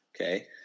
Okay